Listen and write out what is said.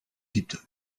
gibt